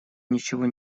ничего